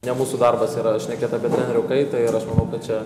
ne mūsų darbas yra šnekėt apie trenerių kaitą ir aš manau kad čia